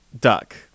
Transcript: duck